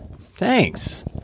Thanks